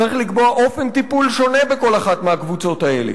צריך לקבוע אופן טיפול שונה בכל אחת מהקבוצות האלה.